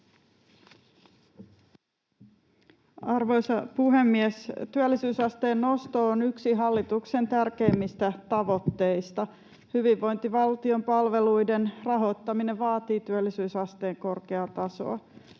Arvoisa puhemies! Työllisyysasteen nosto on yksi hallituksen tärkeimmistä tavoitteista. Hyvinvointivaltion palveluiden rahoittaminen vaatii työllisyysasteen korkeaa tasoa.